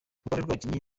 rw’abakinnyi